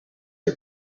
are